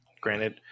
granted